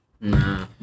Nah